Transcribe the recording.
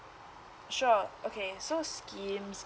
sure okay so schemes